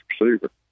receiver